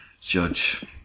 judge